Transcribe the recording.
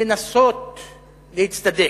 לנסות להצטדק.